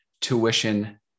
tuition